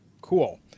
Cool